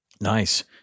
Nice